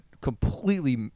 completely